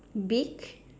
big